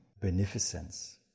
Beneficence